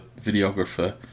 videographer